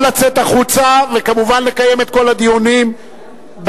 יכול לצאת החוצה וכמובן לקיים את כל הדיונים באכסדרה,